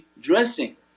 dressing